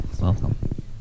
Welcome